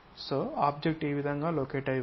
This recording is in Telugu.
కాబట్టి ఆబ్జెక్ట్ ఆ విధంగా లోకేట్ అయి ఉంది